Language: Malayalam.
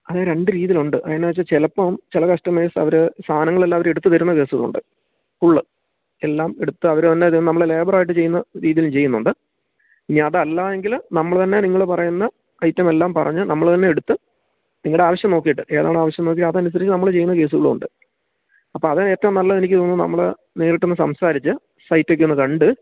അത് രണ്ട് രീതിയിലുണ്ട് അതെന്നാന്നുവച്ചാല് ചിലപ്പോള് ചില കസ്റ്റമേഴ്സ് അവര് സാധനങ്ങളെല്ലാം അവരെടുത്തു തരുന്ന കേസുമുണ്ട് ഫുള് എല്ലാം എടുത്ത് അവരെല്ലാം ഇത് നമ്മൾ ലേബറായിട്ട് ചെയ്യുന്ന രീതിയിൽ ചെയ്യുന്നുണ്ട് ഇനി അതല്ലായെങ്കില് നമ്മൾതന്നെ നിങ്ങള് പറയുന്ന ഐറ്റമെല്ലാം പറഞ്ഞ് നമ്മള് തന്നെ എടുത്ത് നിങ്ങളുടെ ആവശ്യം നോക്കിയിട്ട് ഏതാണോ ആവശ്യം നോക്കി അതനുസരിച്ച് നമ്മള് ചെയ്യുന്ന കേസുകളൂണ്ട് അപ്പോള് അത് ഏറ്റവും നല്ലത് എനിക്ക് തോന്നുന്നത് നമ്മള് നേരിട്ടൊന്ന് സംസാരിച്ച് സൈറ്റൊക്കെ ഒന്നു കണ്ട്